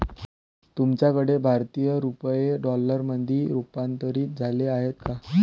तुमच्याकडे भारतीय रुपये डॉलरमध्ये रूपांतरित झाले आहेत का?